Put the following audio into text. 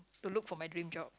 to look for my dream job